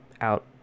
out